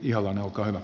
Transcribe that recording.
arvoisa puhemies